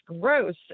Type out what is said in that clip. gross